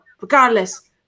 Regardless